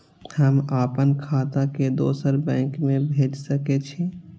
हम आपन खाता के दोसर बैंक में भेज सके छी?